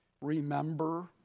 remember